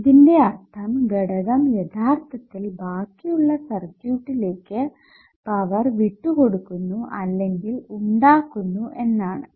ഇതിന്റെ അർത്ഥം ഘടകം യഥാർത്ഥത്തിൽ ബാക്കിയുള്ള സർക്യൂട്ടിലേക്ക് പവർ വിട്ടുകൊടുക്കുന്നു അല്ലെങ്കിൽ ഉണ്ടാക്കുന്നു എന്നാണു